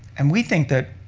and we think that